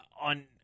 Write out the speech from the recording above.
on—